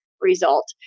result